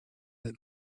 that